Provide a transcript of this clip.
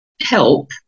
help